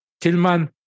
Tilman